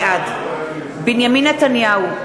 בעד בנימין נתניהו,